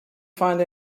find